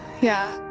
yeah.